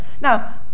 now